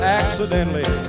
accidentally